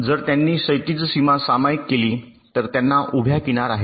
जर त्यांनी क्षैतिज सीमा सामायिक केली तर त्यांना उभ्या किनार आहेत